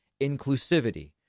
inclusivity